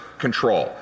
control